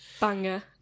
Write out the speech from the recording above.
banger